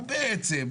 ובעצם,